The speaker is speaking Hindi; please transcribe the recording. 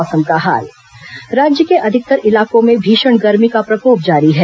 मौसम राज्य के अधिकतर इलाकों में भीषण गर्मी का प्रकोप जारी है